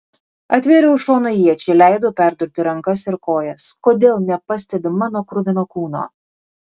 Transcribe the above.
atvėriau šoną iečiai leidau perdurti rankas ir kojas kodėl nepastebi mano kruvino kūno